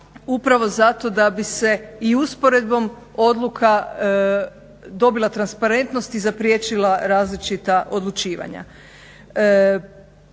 upravo zato da bi se i usporedbom odluka dobila transparentnost i zapriječila različita odlučivanja.